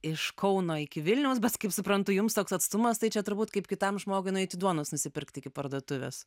iš kauno iki vilniaus bet kaip suprantu jums toks atstumas tai čia turbūt kaip kitam žmogui nueiti duonos nusipirkti iki parduotuvės